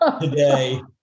today